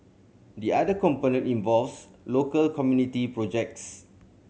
the other component involves local community projects